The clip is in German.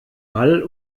ball